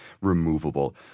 removable